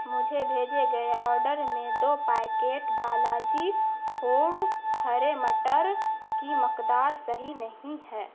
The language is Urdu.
مجھے بھیجے گئے آرڈر میں دو پیکٹ بالاجی فوڈ ہرے مٹر کی مقدار صحیح نہیں ہے